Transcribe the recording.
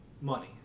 Money